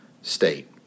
state